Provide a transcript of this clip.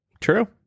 True